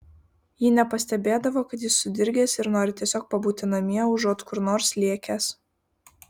ji nepastebėdavo kad jis sudirgęs ir nori tiesiog pabūti namie užuot kur nors lėkęs